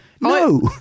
No